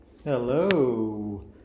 Hello